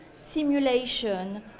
simulation